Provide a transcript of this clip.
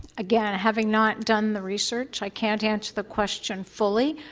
again, having not done the research i can't answer the question fully.